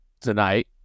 tonight